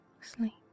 Sleep